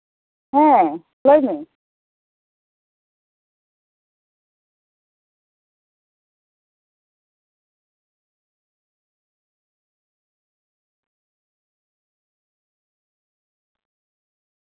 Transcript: ᱦᱮᱸ ᱞᱟᱹᱭ ᱢᱮ